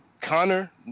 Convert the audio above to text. Connor